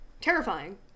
Terrifying